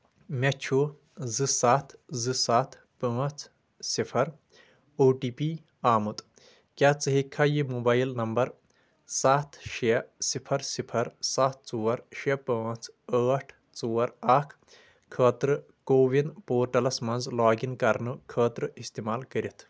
مےٚ چھُ زٕ ستھ زٕ ستھ پانٛژھ صفر او ٹی پی آمُت کیٛاہ ژٕ ہٮ۪کہِ کھا یہِ موبایِل نمبر ستھ شیٚے صفر صفر ستھ ژور شیٚے پانٛژھ ٲٹھ ژور اکھ خٲطرٕ کو وِن پوٹلَس مَنٛز لاگ اِن کرنہٕ خٲطرٕ استعمال کٔرتھ